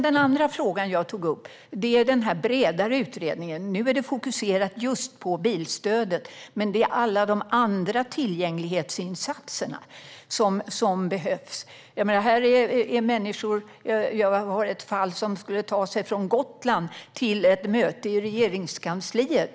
Den andra frågan jag tog upp rör den bredare utredningen. Nu är det fokus på just bilstödet, men det handlar om alla tillgänglighetsinsatser som behövs. I ett fall skulle en kvinna som sitter i permobil ta sig från Gotland till ett möte i Regeringskansliet.